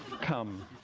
come